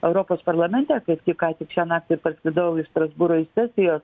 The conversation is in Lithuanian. europos parlamente kaip tik kątik šią naktį ir parskridau iš strasbūro iš sesijos